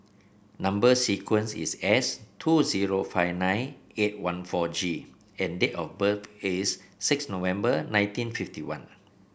number sequence is S two zero five nine eight one four G and date of birth is six November nineteen fifty one